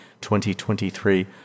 2023